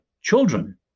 children